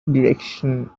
direction